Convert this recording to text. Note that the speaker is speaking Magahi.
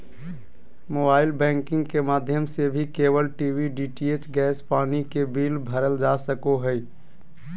मोबाइल बैंकिंग के माध्यम से भी केबल टी.वी, डी.टी.एच, गैस, पानी के बिल भरल जा सको हय